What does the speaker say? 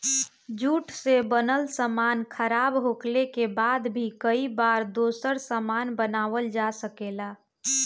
jute से बनल सामान खराब होखले के बाद भी कई बार दोसर सामान बनावल जा सकेला